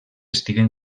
estiguen